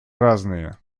разные